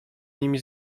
nimi